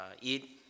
eat